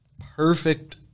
perfect